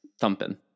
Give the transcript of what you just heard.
thumping